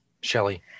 Shelly